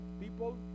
people